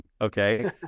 okay